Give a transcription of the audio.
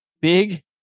Big